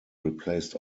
replaced